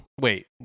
Wait